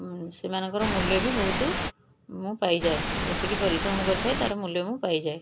ଉଁ ସେମାନଙ୍କର ମୁଲ୍ୟ ବି ବହୁତ ମୁଁ ପାଇଯାଏ ଯେତିକି ପରିଶ୍ରମ କରିଥାଏ ତାର ମୁଲ୍ୟ ମୁଁ ପାଇଯାଏ